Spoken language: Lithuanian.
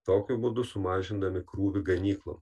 tokiu būdu sumažindami krūvį ganyklom